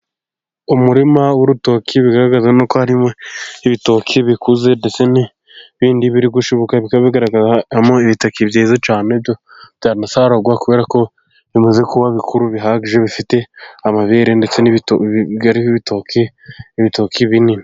Umurima w'urutoki bigaragazwa nuko harimo ibitoki bikuze, ndetse n'ibindi biri gushibuka. Bikaba bigaragaramo ibitoki bikuze cyane byanasarurwa, kubera ko bimaze kuba bikuru bihagije. Bifite amabere ndetse n'ibiriho ibitoki, ibitoki binini.